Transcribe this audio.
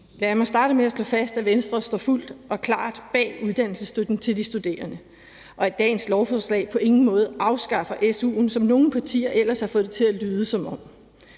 Lad mig starte med at slå fast, at Venstre står fuldt og helt bag uddannelsesstøtten til de studerende, og at dagens lovforslag på ingen måde afskaffer su'en, som nogle partier ellers har fået det til at lyde som om.